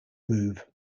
move